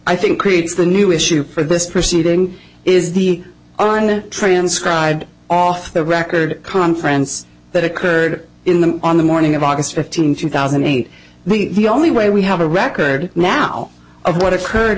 i think creates the new issue for this proceeding is the on the transcribed off the record conference that occurred in the on the morning of august fifteenth two thousand and eight the only way we have a record now of what occurred